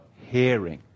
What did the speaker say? hearing